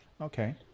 okay